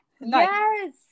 Yes